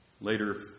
Later